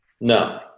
No